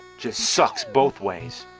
just sucks both ways.